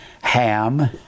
Ham